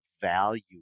value